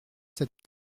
cette